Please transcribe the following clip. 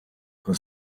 con